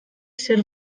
zer